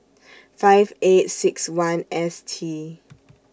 five eight six one S T